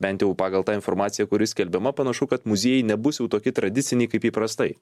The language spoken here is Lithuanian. bent jau pagal tą informaciją kuri skelbiama panašu kad muziejai nebus jau tokie tradiciniai kaip įprastai